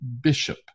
bishop